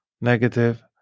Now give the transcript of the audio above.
Negative